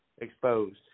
exposed